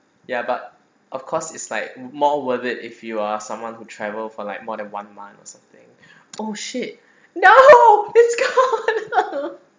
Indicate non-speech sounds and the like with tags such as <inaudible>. ya but of course it's like more worth it if you are someone who travel for like more than one month or something <breath> oh shit no it's gone <noise>